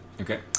Okay